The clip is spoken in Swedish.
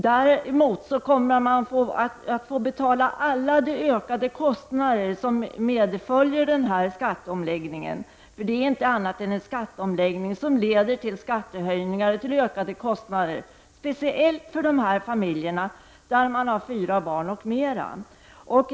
Däremot kommer man att få betala alla de ökade kostnader som medföljer skatteomläggningen. Det är inte annat än en skatteomläggning som leder till skattehöjningar och ökade kostnader, speciellt för familjer som har fyra barn eller fler.